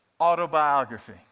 autobiography